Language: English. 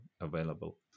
available